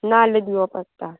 नाल्ल दिवप आसता